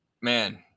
Man